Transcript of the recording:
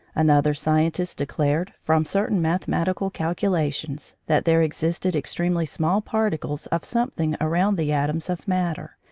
another scientist declared, from certain mathematical calculations, that there existed extremely small particles of something around the atoms of matter,